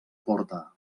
porta